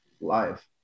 live